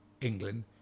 England